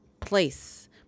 place